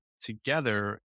together